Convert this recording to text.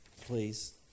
please